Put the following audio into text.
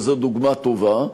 שזאת דוגמה טובה,